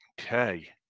okay